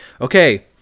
okay